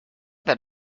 that